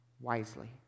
wisely